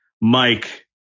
Mike